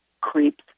creeps